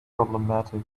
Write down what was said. problematic